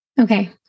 Okay